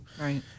Right